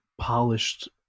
polished